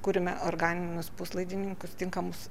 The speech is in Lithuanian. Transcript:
kuriame organinius puslaidininkius tinkamus